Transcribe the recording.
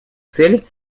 цели